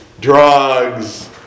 drugs